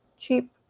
cheap